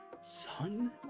Son